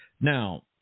Now